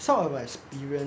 some of us